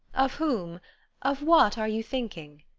of whom of what are you thinking?